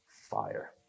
fire